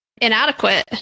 inadequate